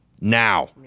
now